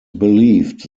believed